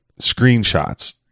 screenshots